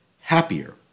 happier